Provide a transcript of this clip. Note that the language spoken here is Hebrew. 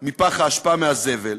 מפח האשפה, מהזבל,